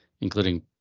including